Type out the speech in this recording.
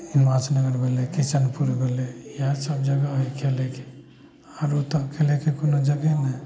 मासनगर भेलै किशनफुल भेलै इएह सब जगह हइ खेलैके आरो तऽ खेलेके कोनो जगहे नहि हइ